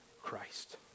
Christ